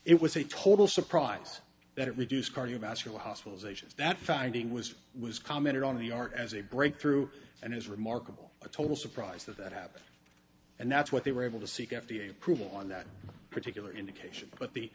it was a total surprise that reduced cardiovascular hospitalizations that finding was was commented on the art as a breakthrough and as remarkable a total surprise that that happened and that's what they were able to seek f d a approval on that particular indication but the